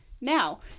Now